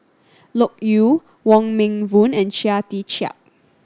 Loke Yew Wong Meng Voon and Chia Tee Chiak